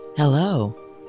Hello